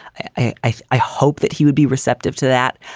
i i hope that he would be receptive to that.